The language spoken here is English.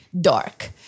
Dark